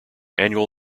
annual